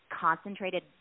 concentrated